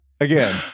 again